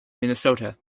minnesota